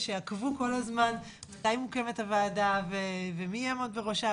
שעקבו כל הזמן מתי מוקמת הוועדה ומי יעמוד בראשה,